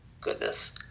goodness